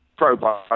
probiotics